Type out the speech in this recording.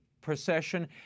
procession